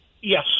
Yes